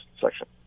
section